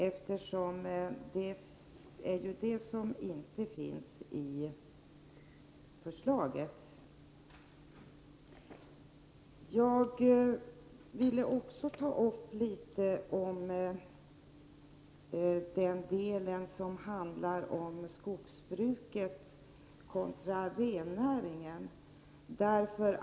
Enligt förslaget skulle ju detta inte vara fallet. Jag vill även nämna den del som berör skogsbruket kontra rennäringen.